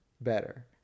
better